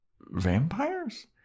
vampires